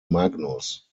magnus